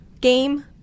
game